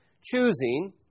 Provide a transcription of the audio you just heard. choosing